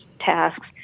tasks